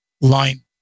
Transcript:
line